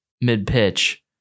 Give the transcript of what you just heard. mid-pitch